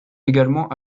également